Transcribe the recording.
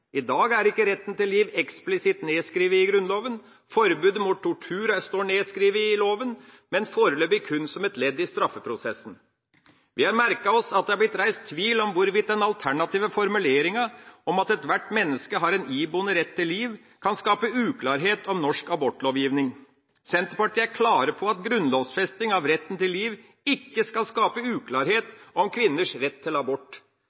I dag er ikke retten til liv eksplisitt nedskrevet i Grunnloven. Forbudet mot tortur står nedskrevet i Grunnloven, men foreløpig kun som et ledd i straffeprosessen. Vi har merket oss at det er blitt reist tvil om hvorvidt den alternative formuleringa om at ethvert menneske har en iboende rett til liv, kan skape uklarhet om norsk abortlovgivning. Senterpartiet er klar på at grunnlovfesting av retten til liv ikke skal skape uklarhet om kvinners rett til abort.